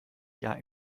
jahr